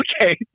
Okay